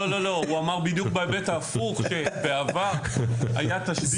הוא אמר בדיוק בהיבט ההפוך, שבעבר היה תשדיר